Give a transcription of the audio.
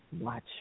watch